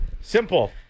Simple